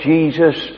Jesus